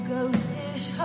ghostish